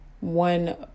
one